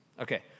Okay